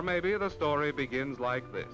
or maybe the story begins like th